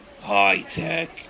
high-tech